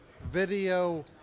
video